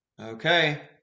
Okay